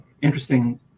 interesting